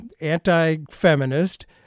anti-feminist